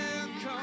come